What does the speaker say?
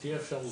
ושתהיה אפשרות.